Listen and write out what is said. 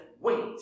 wait